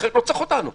אחרת לא צריך אותנו.